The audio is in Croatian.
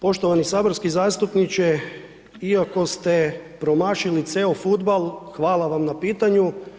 Poštovani saborski zastupniče, iako ste promašili ceo fudbal, hvala vam na pitanju.